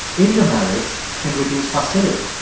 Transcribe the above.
intermarriage can reduce hostility?